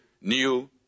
new